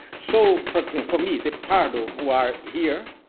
so for example for me, the pardo, who are here.